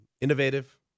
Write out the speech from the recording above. innovative